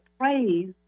praise